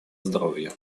здоровья